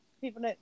People